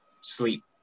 sleep